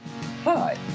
Hi